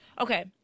Okay